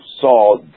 saw